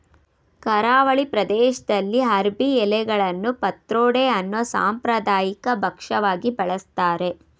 ಕರಾವಳಿ ಪ್ರದೇಶ್ದಲ್ಲಿ ಅರ್ಬಿ ಎಲೆಗಳನ್ನು ಪತ್ರೊಡೆ ಅನ್ನೋ ಸಾಂಪ್ರದಾಯಿಕ ಭಕ್ಷ್ಯವಾಗಿ ಬಳಸ್ತಾರೆ